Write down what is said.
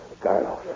Carlos